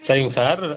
சரிங்க சார்